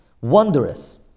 wondrous